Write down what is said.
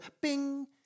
bing